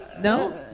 no